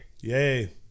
Yay